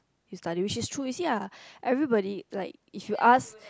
you study which true lah you see ah everybody like if you ask